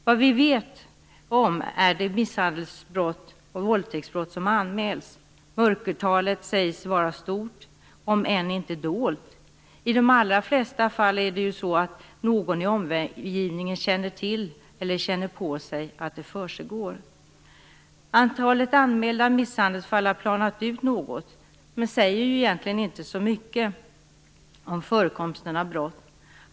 Vad vi vet något om är de misshandels och våldtäktsbrott som anmäls. Mörkertalet sägs vara stort, om än inte dolt. I de allra flesta fall känner någon i omgivningen till vad som försiggår, eller också känner man på sig hur det är. Antalet anmälda misshandelsfall har planat ut något, men det säger egentligen inte så mycket om förekomsten av brott.